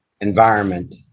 environment